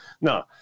No